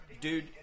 dude